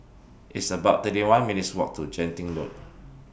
It's about thirty one minutes' Walk to Genting Road